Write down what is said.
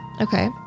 okay